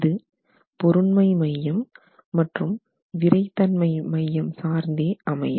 இது பொருண்மை மையம் மற்றும் விறைத்தன்மை மையம் சார்ந்தே அமையும்